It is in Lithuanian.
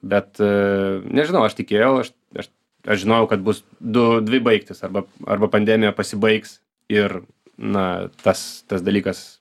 bet a nežinau aš tikėjau aš aš aš žinojau kad bus du dvi baigtys arba arba pandemija pasibaigs ir na tas tas dalykas